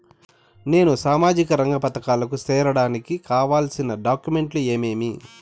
నేను సామాజిక రంగ పథకాలకు సేరడానికి కావాల్సిన డాక్యుమెంట్లు ఏమేమీ?